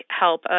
help